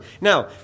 Now